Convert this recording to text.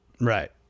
Right